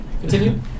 Continue